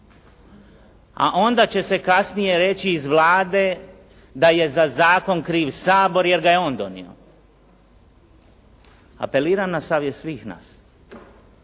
a onda će se kasnije reći iz Vlade da je za zakon kriv Sabor jer ga je on donio. Apeliram na savjest svih nas,